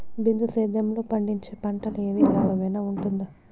బిందు సేద్యము లో పండించే పంటలు ఏవి లాభమేనా వుంటుంది?